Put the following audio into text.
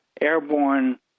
airborne